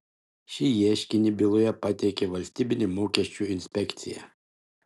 šį ieškinį byloje pateikė valstybinė mokesčių inspekcija